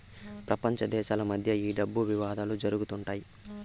ప్రపంచ దేశాల మధ్య ఈ డబ్బు వివాదాలు జరుగుతుంటాయి